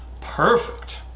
perfect